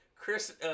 Chris